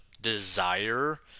desire